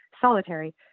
solitary